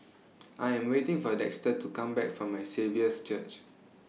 I Am waiting For Dexter to Come Back from My Saviour's Church